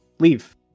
Leave